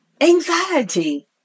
anxiety